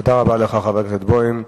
תודה רבה לך, חבר הכנסת בוים.